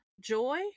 Joy